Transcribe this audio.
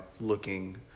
looking